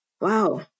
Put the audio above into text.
Wow